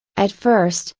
at first,